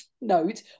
note